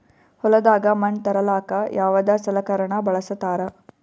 ಹೊಲದಾಗ ಮಣ್ ತರಲಾಕ ಯಾವದ ಸಲಕರಣ ಬಳಸತಾರ?